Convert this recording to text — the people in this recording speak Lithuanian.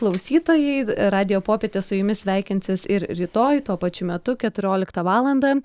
klausytojai radijo popietė su jumis sveikinsis ir rytoj tuo pačiu metu keturioliktą valandą